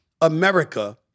America